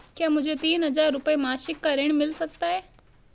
क्या मुझे तीन हज़ार रूपये मासिक का ऋण मिल सकता है?